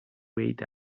wait